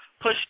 Push